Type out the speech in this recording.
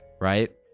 right